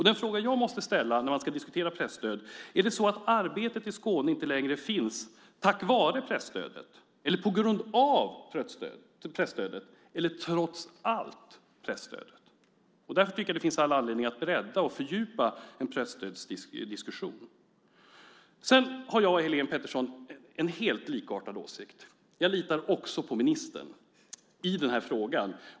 Den fråga som jag måste ställa när vi diskuterar presstöd är: Är det så att Arbetet i Skåne inte längre finns tack vare presstödet, på grund av presstödet eller trots allt presstöd? Jag tycker att det finns all anledning att bredda och fördjupa presstödsdiskussionen. Sedan har jag, Helene Petersson, samma åsikt. Jag litar också på ministern i den här frågan.